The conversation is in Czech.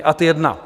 Ad 1.